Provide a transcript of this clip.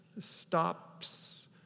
stops